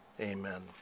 Amen